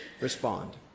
respond